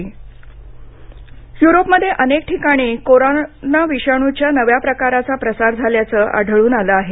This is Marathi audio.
कोविड य्रोप युरोपमध्ये अनेक ठिकाणी कोरोना विषाणूच्या नवा प्रकाराचा प्रसार झाल्याचं आढळून आलं आहे